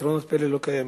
פתרונות פלא לא קיימים.